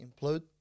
implode